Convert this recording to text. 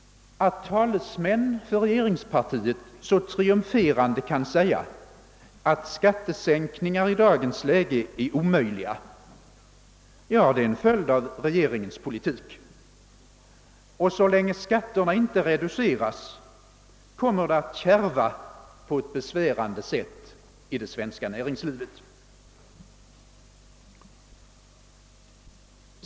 Att talesmän för regeringspartiet så triumferande kan säga att skattesänkningar i dagens läge är omöjliga att genomföra är en följd av regeringens politik. Så länge inte skatterna reduceras kommer det att kärva på ett besvärande sätt i det svenska näringslivet.